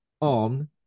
on